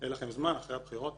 שיהיה לכם זמן אחרי הבחירות,